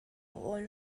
own